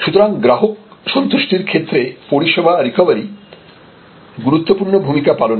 সুতরাং গ্রাহক সন্তুষ্টির ক্ষেত্রে পরিষেবা রিকভারি গুরুত্বপূর্ণ ভূমিকা পালন করে